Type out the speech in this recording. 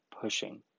pushing